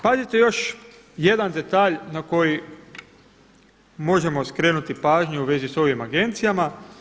Pazite još jedan detalj na koji možemo skrenuti pažnju u vezi sa ovim agencijama.